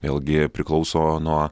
vėlgi priklauso nuo